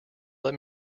let